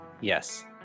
yes